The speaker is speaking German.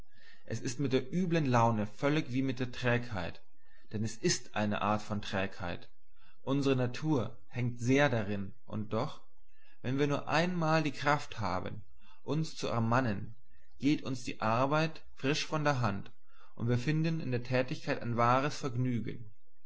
es ist mit der üblen laune völlig wie mit der trägheit denn es ist eine art von trägheit unsere natur hängt sehr dahin und doch wenn wir nur einmal die kraft haben uns zu ermannen geht uns die arbeit frisch von der hand und wir finden in der tätigkeit ein wahres vergnügen